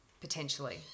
potentially